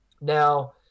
Now